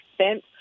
spent